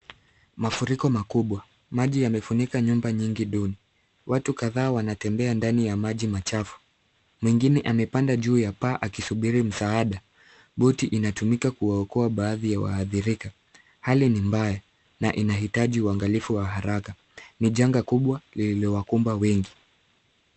Mafuriko makubwa. Maji yamefunika nyumba nyingi duni. Watu kadhaa wanatembea ndani ya maji machafu. Mwingine amepanda juu ya paa akisubiri msaada. Boti inatumika kuwaokoa baadhi ya waathirika. Hali ni mbaya na inahitaji uangalifu wa haraka. Ni janga kubwa lililowakumba wengi.